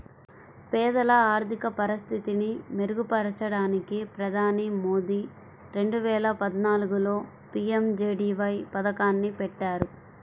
పేదల ఆర్థిక పరిస్థితిని మెరుగుపరచడానికి ప్రధాని మోదీ రెండు వేల పద్నాలుగులో పీ.ఎం.జే.డీ.వై పథకాన్ని పెట్టారు